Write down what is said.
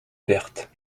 berthe